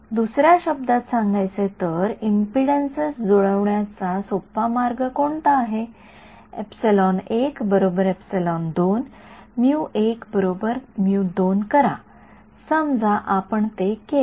तर दुसर्या शब्दात सांगायचे तर एम्पीडन्स जुळवण्याचा सोपा मार्ग कोणता आहे करा समजा आपण ते केले